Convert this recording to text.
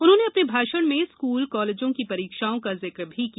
उन्होंने अपने भाषण में स्कूल कॉलेजों की परीक्षाओं का भी जिक्र किया